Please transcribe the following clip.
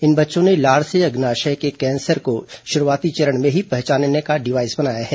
इन बच्चों ने लार से अग्नाशय के कैंसर को शुरूवाती चरण मेँ ही पहचानने का डिवाइस बनाया है